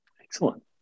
Excellent